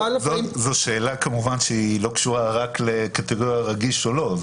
זו שאלה כמובן שהיא לא קשורה רק לקטגוריה אם זה רגיש או לא.